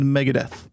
Megadeth